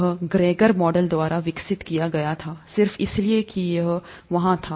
यह Gregor Mendel द्वारा विकसित किया गया था सिर्फ इसलिए कि यह वहां था